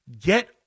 Get